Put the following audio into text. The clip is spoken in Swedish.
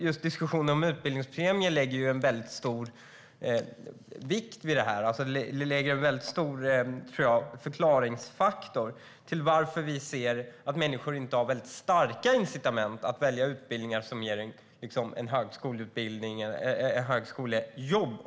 I diskussionen om utbildningspremie läggs stor vikt vid detta, och här finns en förklaringsfaktor till varför människor inte har ett starkt incitament att välja utbildningar som också ger jobb.